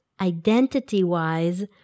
identity-wise